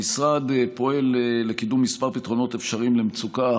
המשרד פועל לקידום כמה פתרונות אפשריים למצוקה,